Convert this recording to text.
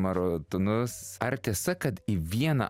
maratonus ar tiesa kad į vieną